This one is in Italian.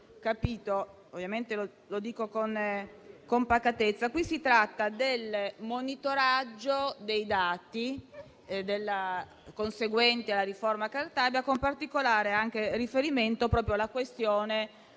capito - lo dico con pacatezza - si tratta del monitoraggio dei dati conseguente alla riforma Cartabia, con particolare riferimento alla questione